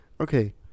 okay